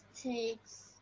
takes